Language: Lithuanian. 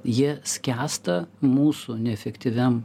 jie skęsta mūsų neefektyviam